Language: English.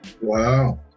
wow